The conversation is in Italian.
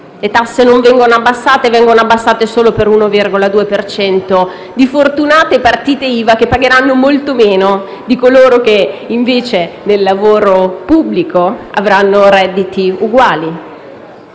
Le tasse non vengono diminuite, se non per l'1,2 per cento di fortunate partite IVA che pagheranno molto meno di coloro che invece nel lavoro pubblico avranno redditi uguali.